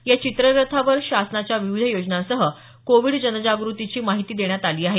या चित्ररथावर शासनाच्या विविध योजनांसह कोविड जनजागृतीची माहिती देण्यात आली आहे